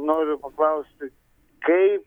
noriu paklausti kaip